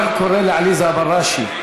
קורא לעליזה בראשי.